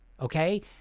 okay